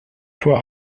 tor